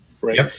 right